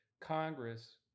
Congress